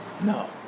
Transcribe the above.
No